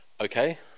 Okay